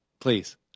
please